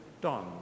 done